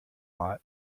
lot